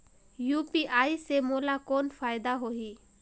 UPI से मोला कौन फायदा होही?